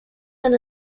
and